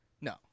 No